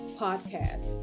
podcast